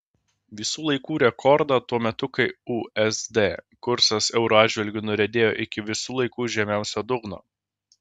visų laikų rekordą tuo metu kai usd kursas euro atžvilgiu nuriedėjo iki visų laikų žemiausio dugno